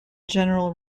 general